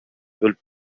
бөлүп